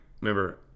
Remember